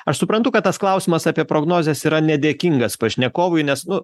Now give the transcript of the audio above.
aš suprantu kad tas klausimas apie prognozes yra nedėkingas pašnekovui nes nu